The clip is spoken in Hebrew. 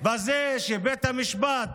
בזה שבית המשפט